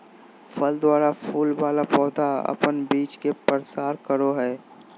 फल द्वारा फूल वाला पौधा अपन बीज के प्रसार करो हय